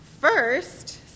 First